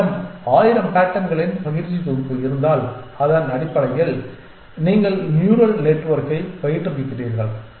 உங்களிடம் 1000 பேட்டர்ன்களின் பயிற்சி தொகுப்பு இருந்தால் அதன் அடிப்படையில் நீங்கள் நியூரல் நெட்வொர்க்கைப் பயிற்றுவிக்கிறீர்கள்